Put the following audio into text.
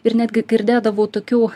ir netgi girdėdavau tokių